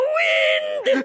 wind